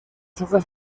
hojas